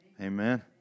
Amen